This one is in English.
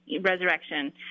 resurrection